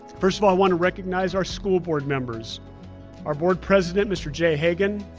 first of all, i wanna recognize our school board members our board president, mr. jay hagen,